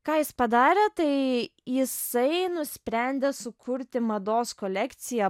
ką jis padarė tai jisai nusprendė sukurti mados kolekciją